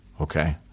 Okay